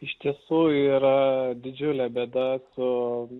iš tiesų yra didžiulė bėda su